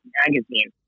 magazine